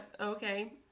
Okay